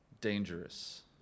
Dangerous